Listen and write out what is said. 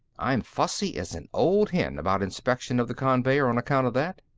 i'm fussy as an old hen about inspection of the conveyer, on account of that.